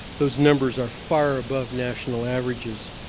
those numbers are far above national averages.